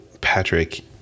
Patrick